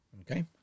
Okay